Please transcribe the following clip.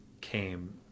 came